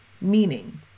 Meaning